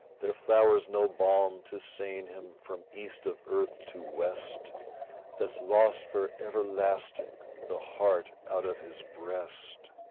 there flowers no balm to sain him from east of earth to west that's lost for everlasting the heart out of his breast.